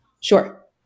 sure